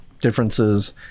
differences